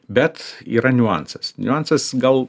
bet yra niuansas niuansas gal